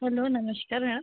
hello नमस्कार ma'am